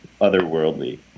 otherworldly